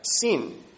sin